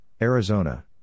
Arizona